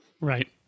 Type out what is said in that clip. Right